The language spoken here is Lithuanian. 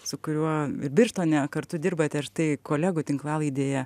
su kuriuo birštone kartu dirbate ir tai kolegų tinklalaidėje